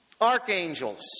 archangels